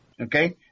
Okay